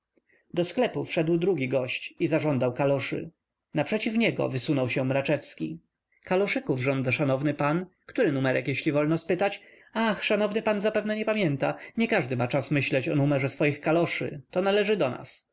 do sklepu wszedł drugi gość i zażądał kaloszy naprzeciw niego wysunął się mraczewski kaloszyków żąda szanowny pan który numerek jeżeli wolno spytać ach szanowny pan zapewne nie pamięta nie każdy ma czas myśleć o numerze swoich kaloszy to należy do nas